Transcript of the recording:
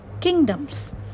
kingdoms